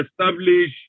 establish